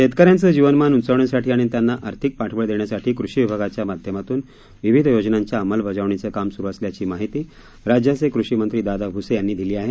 शेतकऱ्यांचं जीवनमान उंचावण्यासाठी आणि त्यांना आर्थिक पाठबळ देण्यासाठी कृषी विभागाच्या माध्यमातून विविध योजनांच्या अंमलबजावणीचे काम सुरु असल्याची माहिती राज्याचे कृषी मंत्री दादा भुसे यांनी दिली आहे